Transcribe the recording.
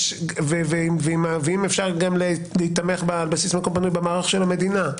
ואם אפשר גם להיתמך על בסיס מקום פנוי במערך המדינה.